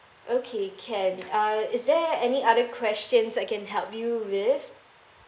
okay can uh is there any other questions I can help you with